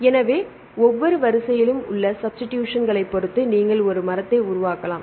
எனவே ஒவ்வொரு வரிசையிலும் உள்ள சப்பிஸ்டிடூஷன்களைப் பொறுத்து நீங்கள் ஒரு மரத்தை உருவாக்கலாம்